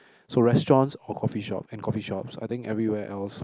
so restaurants or coffee shop and coffee shops I think everywhere else